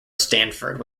stanford